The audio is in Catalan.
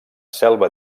selva